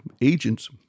agents